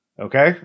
Okay